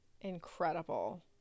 incredible